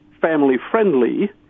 family-friendly